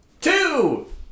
Two